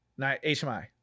HMI